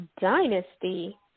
dynasty